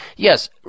Yes